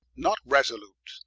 not resolute,